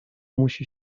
musi